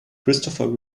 christopher